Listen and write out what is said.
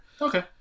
okay